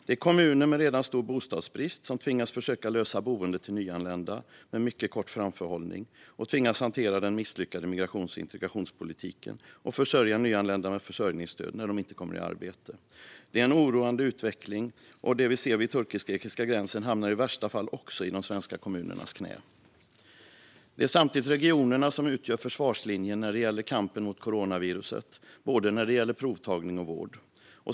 Det är kommuner med redan stor bostadsbrist som tvingas försöka lösa boende till nyanlända med mycket kort framförhållning och tvingas hantera den misslyckade migrations och integrationspolitiken och försörja nyanlända med försörjningsstöd när de inte kommer i arbete. Det är en oroande utveckling, och det vi ser vid turkisk-grekiska gränsen hamnar i värsta fall också i de svenska kommunernas knä. Det är också regionerna som utgör försvarslinjen i kampen mot coronaviruset när det gäller både provtagning och vård.